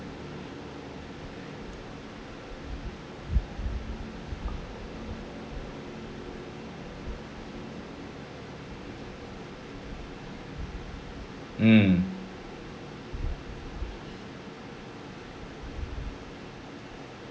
mm